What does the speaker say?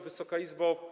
Wysoka Izbo!